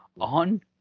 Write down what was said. on